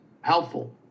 helpful